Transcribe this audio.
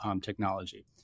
technology